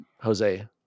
Jose